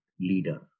leader